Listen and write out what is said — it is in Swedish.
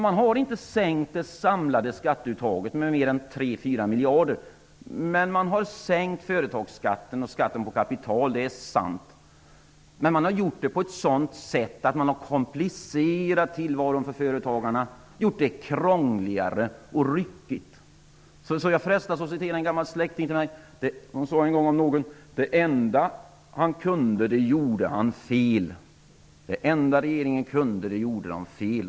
Man har inte minskat det samlade skatteuttaget med mer än 3--4 miljarder. Man har dock sänkt företagsskatten och skatten på kapital; det är sant. Men man har gjort det på ett sådant sätt att man har komplicerat tillvaron för företagarna, gjort det krångligare och ryckigt. Jag frestas att citera en gammal släkting till mig som en gång sade om någon: ''Det enda han kunde, det gjorde han fel.'' Det enda regeringen kunde gjorde man fel.